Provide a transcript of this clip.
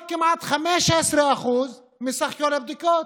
רק כמעט 15% מסך כל הבדיקות.